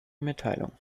mitteilungen